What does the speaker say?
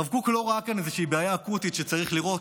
הרב קוק לא ראה כאן איזושהי בעיה אקוטית שצריך לראות,